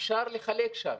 אפשר לחלק שם.